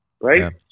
Right